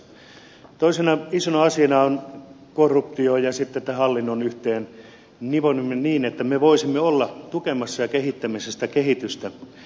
toisena isona asiana on korruptio ja sitten tämä hallinnon yhteen nivominen niin että me voisimme olla tukemassa ja kehittämässä sitä kehitystä